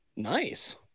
Nice